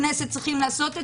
חברי,